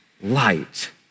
light